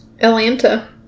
Atlanta